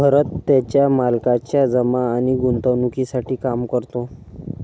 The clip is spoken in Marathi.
भरत त्याच्या मालकाच्या जमा आणि गुंतवणूकीसाठी काम करतो